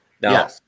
now